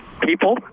people